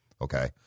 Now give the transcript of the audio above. Okay